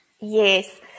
Yes